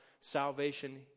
salvation